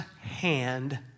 hand